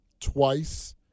twice